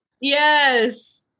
Yes